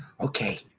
Okay